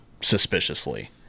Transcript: suspiciously